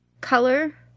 color